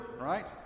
Right